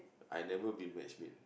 I never been matchmade